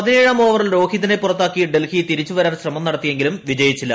പതിനേഴാം ഓവറിൽ രോഹിതിനെ പുറത്താക്കി ഡൽഹി തിരിച്ചുവരാൻ ശ്രമം നടത്തിയെങ്കിലും വിജയിച്ചില്ല